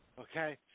Okay